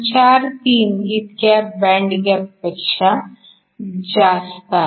43 इतक्या बँड गॅपपेक्षा जास्त आहे